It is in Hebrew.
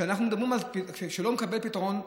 כשאנחנו אומרים שלא נקבל פתרון,